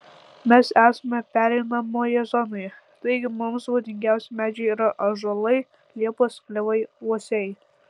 mes esame pereinamoje zonoje taigi mums būdingiausi medžiai yra ąžuolai liepos klevai uosiai